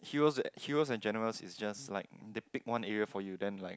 heros heros and generals is just like they pick one area for you then like